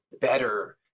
better